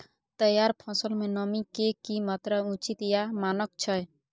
तैयार फसल में नमी के की मात्रा उचित या मानक छै?